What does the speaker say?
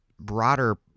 broader